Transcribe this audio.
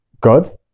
God